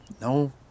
No